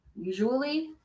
usually